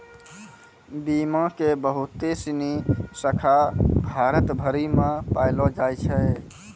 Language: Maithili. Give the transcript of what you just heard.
बीमा के बहुते सिनी शाखा भारत भरि मे पायलो जाय छै